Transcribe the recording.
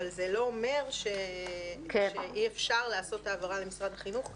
אבל זה לא אומר שאי אפשר לעשות העברה למשרד החינוך כמובן.